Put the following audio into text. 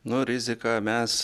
nu riziką mes